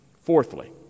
fourthly